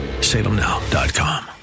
salemnow.com